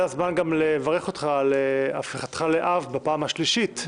זה הזמן גם לברך אותך על הפיכתך לאב בפעם השלישית.